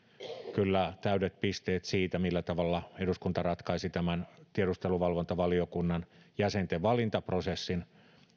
kyllä täydet pisteet siitä millä tavalla eduskunta ratkaisi tämän tiedusteluvalvontavaliokunnan jäsenten valintaprosessin